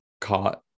caught